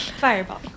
Fireball